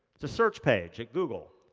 it's a search page at google.